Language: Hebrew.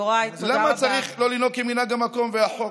למה לא צריך לנהוג כמנהג המקום והחוק?